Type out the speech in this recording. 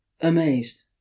amazed